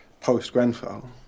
post-Grenfell